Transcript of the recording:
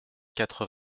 quatre